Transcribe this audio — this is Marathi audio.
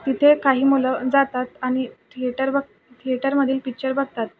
तिथे काही मुलं जातात आणि थिएटर थिएटरमधील पिक्चर बघतात